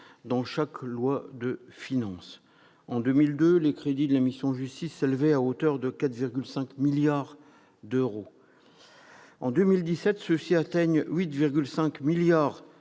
dans chaque loi de finances. En 2002, les crédits de la mission « Justice » s'élevaient à 4,5 milliards d'euros ; en 2017, ils atteignent 8,5 milliards